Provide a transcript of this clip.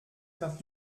nach